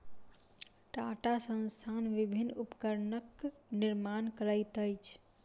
टाटा संस्थान विभिन्न उपकरणक निर्माण करैत अछि